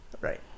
Right